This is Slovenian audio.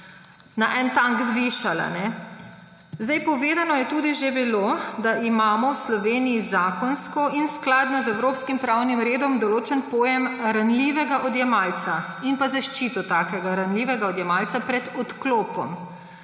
na en tank zvišala. Povedano je tudi že bilo, da imamo v Sloveniji zakonsko in skladno z evropskim pravnim redom določen pojem ranljivega odjemalca ter zaščito takega ranljivega odjemalca pred odklopom.